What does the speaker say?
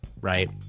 Right